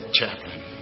chaplain